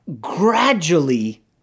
gradually